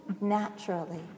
naturally